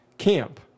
camp